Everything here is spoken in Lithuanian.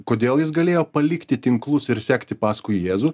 kodėl jis galėjo palikti tinklus ir sekti paskui jėzų